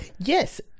Yes